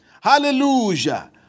Hallelujah